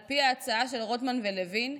על פי ההצעה של רוטמן ולוין,